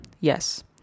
Yes